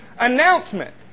announcement